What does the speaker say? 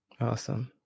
Awesome